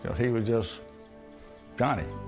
he was just johnny.